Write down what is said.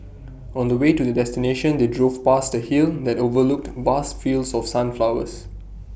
on the way to the destination they drove past A hill that overlooked vast fields of sunflowers